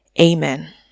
Amen